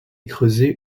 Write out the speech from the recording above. creusé